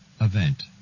event